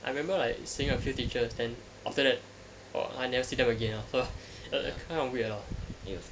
I remember like seeing a few teachers then after that orh I never see them again so it was kind of weird lah